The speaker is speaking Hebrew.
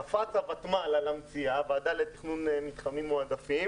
קפץ הוותמ"ל על המציאה הוועדה לתכנון מתחמים מועדפים